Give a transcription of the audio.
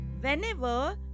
whenever